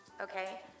okay